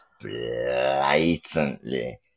blatantly